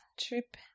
Trip